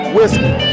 Whiskey